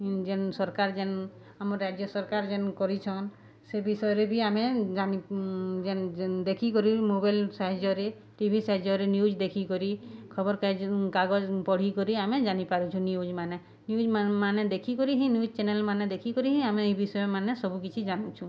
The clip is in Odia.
ଯେନ୍ ସର୍କାର୍ ଯେନ୍ ଆମ ରାଜ୍ୟ ସର୍କାର୍ ଯେନ୍ କରିଛନ୍ ସେ ବିଷୟରେ ବି ଆମେ ଯେନ୍ ଦେଖିକରି ମୋବାଇଲ୍ ସାହାଯ୍ୟରେ ଟି ଭି ସାହାଯ୍ୟରେ ନ୍ୟୁଜ୍ ଦେଖିକରି ଖବର୍କାଗଜ୍ ପଢ଼ିକରି ଆମେ ଜାନିପାରୁଛୁ ନ୍ୟୁଜ୍ମାନେ ନ୍ୟୁଜ୍ମାନେ ଦେଖିକରି ହିଁ ନ୍ୟୁଜ୍ ଚ୍ୟାନେଲ୍ମାନେ ଦେଖିକରି ହିଁ ଆମେ ଇ ବିଷୟମାନେ ସବୁ କିଛି ଜାନୁଛୁଁ